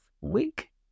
week